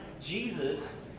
Jesus